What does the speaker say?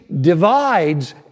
divides